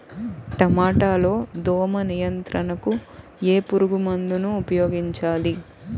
టమాటా లో దోమ నియంత్రణకు ఏ పురుగుమందును ఉపయోగించాలి?